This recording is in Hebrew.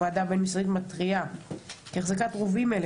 הוועדה הבין משרדית מתריעה כי החזקת רובים אלה